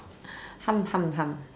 hum hum hum